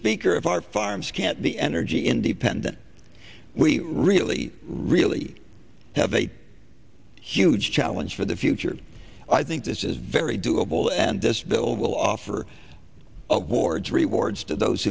speaker if our farms can't be energy independent we really really have a huge challenge for the future i think this is very doable and this bill will offer awards rewards to those